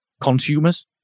consumers